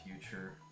Future